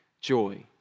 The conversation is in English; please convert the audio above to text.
joy